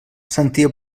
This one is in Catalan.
sentia